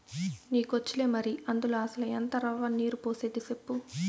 నీకొచ్చులే మరి, అందుల అసల ఎంత రవ్వ, నీరు పోసేది సెప్పు